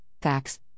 facts